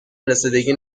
رسیدگی